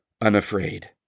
unafraid